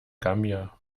gambia